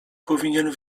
powinien